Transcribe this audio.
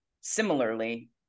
similarly